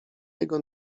jego